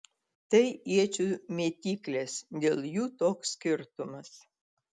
tai iečių mėtyklės dėl jų toks skirtumas